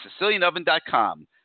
SicilianOven.com